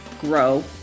grow